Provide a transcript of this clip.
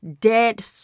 dead